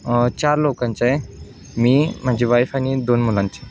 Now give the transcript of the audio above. चार लोकांचे आहे मी माझी वाईफ आणि दोन मुलांचे